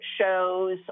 shows